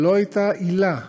לא הייתה עילה,